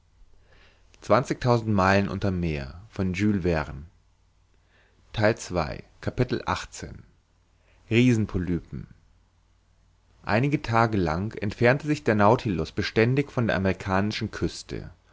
einige tage lang entfernte sich der nautilus beständig von der amerikanischen küste